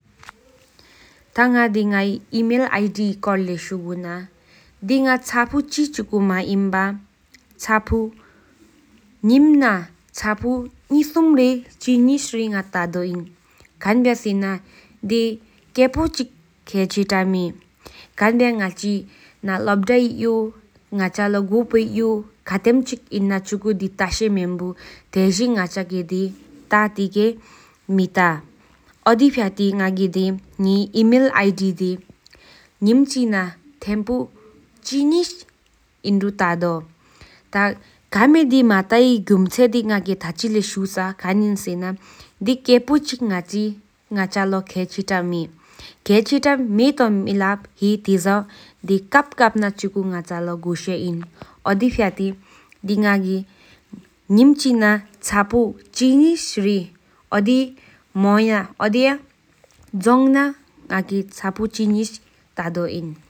ཐ་ང་གི་ངའི་ཨི་མེལ་གི་སྐོར་ལས་ཤུ་གུ་ན་ཉིད་མ་འཆི་གླིང་ངེས་སུམ་རི་ཏ་འདོཤ་ནི། ཁན་བྲིས་སེན་དེ་སྐེད་པོ་ཅི་མཁལ་ཆི་ན་མེ། ཁན་བྲིས་སེན་དེ་གཉིས་སློབ་དེའི་ཡོ་མཁལ་ཆི་ན་སྨོན་བོ་སྟག་མཁལ་ཆི་རྗེས་འཁལ་རང་མེཡ་འོད་ཡང་རང་མི་ངག་ཀྱི་ངེས་ཨི་མེལ་གི་ནི། ཆི་མ་འཆི་ན་ཉིད་ལ་སྨོན་བོ་སྐེད་པོ་མི་ཚ་ཐ་མས་སྒུམ་ཆེན་དེ་སྐེད་པོ་ཅི་མཁལ་ཆི་ན་མེ་ཡའི་འོད་ཡང་འདི་འོ་ཡང་གྱོན་ཏ་ཏ་བྲུ་དིས།